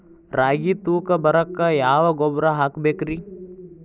ರಾಗಿ ತೂಕ ಬರಕ್ಕ ಯಾವ ಗೊಬ್ಬರ ಹಾಕಬೇಕ್ರಿ?